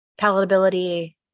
palatability